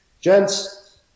Gents